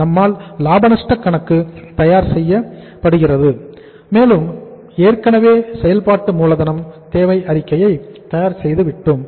நம்மால் லாப நஷ்ட கணக்கு தயார் செய்யப்படுகிறது மேலும் ஏற்கனவே செயல்பாட்டு மூலதனம் தேவை அறிக்கையை தயார் செய்து விட்டோம்